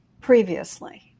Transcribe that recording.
previously